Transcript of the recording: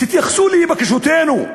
תתייחסו לבקשותינו,